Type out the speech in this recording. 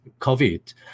COVID